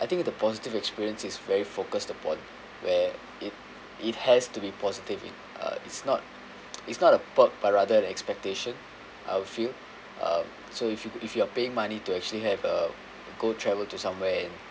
I think the positive experience is very focused upon where it it has to be positive in a it's not it's not a perk but rather an expectation I would feel um so if you could if you are paying money to actually have a go travel to somewhere and